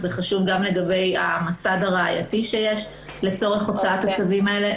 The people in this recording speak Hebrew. חשוב לגבי המסד הראייתי שיש לצורך הוצאת הצווים האלה,